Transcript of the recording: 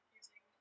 using